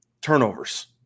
turnovers